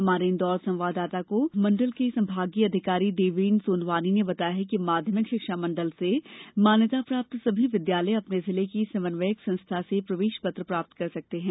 हमारे इन्दौर संवाददाता को मंडल के संभागीय अधिकारी देवेन सोनवानी ने बताया कि माध्यमिक शिक्षा मंडल से मान्यता प्राप्त सभी विद्यालय अपने जिले की समन्वयक संस्था से प्रवेश पत्र प्राप्त कर सकते हैं